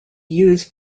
used